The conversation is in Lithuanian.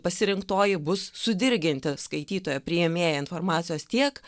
pasirinktoji bus sudirginti skaitytojo priėmėjo informacijos tiek